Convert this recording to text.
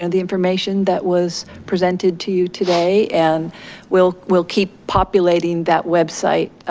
you know the information that was presented to you today and we'll we'll keep populating that website.